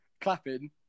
clapping